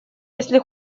если